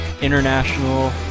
international